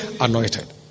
anointed